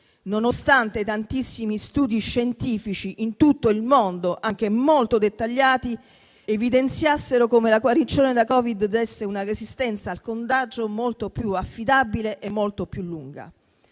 nonostante tantissimi studi scientifici in tutto il mondo, anche molto dettagliati, evidenziassero come la guarigione da Covid desse una resistenza al contagio molto più affidabile e molto più lunga.